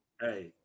Hey